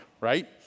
right